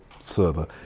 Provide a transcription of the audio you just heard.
server